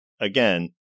again